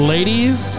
Ladies